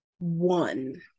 One